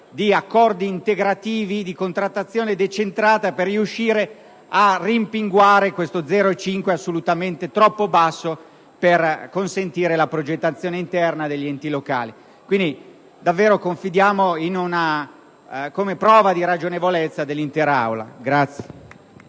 di accordi integrativi e di contrattazione decentrata per riuscire a rimpinguare questo 0,5 per cento, assolutamente troppo basso per consentire la progettazione interna degli enti locali. Davvero, quindi, noi confidiamo in una prova di ragionevolezza dell'intera Aula.